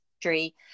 history